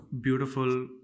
beautiful